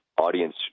audience